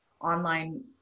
online